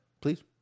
please